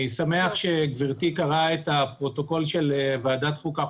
אני שמח שגברתי קראה את הפרוטוקול של ועדת החוקה,